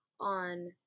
on